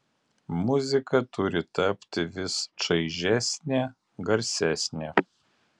muzika turi tapti vis čaižesnė garsesnė